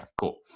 cool